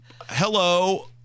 hello